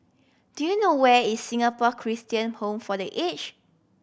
do you know where is Singapore Christian Home for The Aged